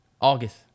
August